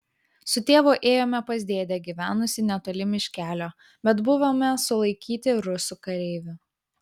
su tėvu ėjome pas dėdę gyvenusį netoli miškelio bet buvome sulaikyti rusų kareivių